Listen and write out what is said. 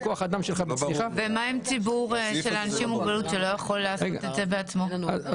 מה עם ציבור אנשים עם מוגבלות שלא יכול לעשות את זה בעצמו?